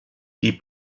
die